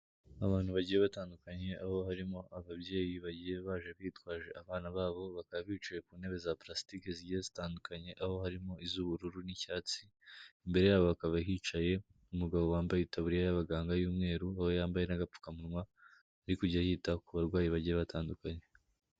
Abantu bagiye batandukanye aho harimo ababyeyi bagiye baje bitwaje abana babo bakaba bicaye ku ntebe za pulasitike zigiye zitandukanye aho harimo iz'ubururu n'icyatsi, imbere yabo bakaba hicaye umugabo wambaye itaburiya y'abaganga y'umweru aho yambaye' n'agapfukamunwa ari kujya yita ku barwayi bagira batandukanye.